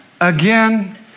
again